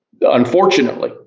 Unfortunately